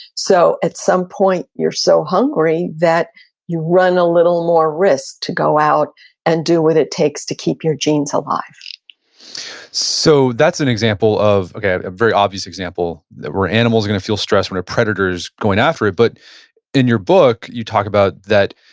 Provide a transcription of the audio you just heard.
so at some point, you're so hungry that you run a little more risk to go out and do what it takes to keep your genes alive so that's an example of, okay, a very obvious example where animals are gonna feel stress when a predator's going after it. but in your book, you talk about that,